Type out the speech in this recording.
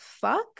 Fuck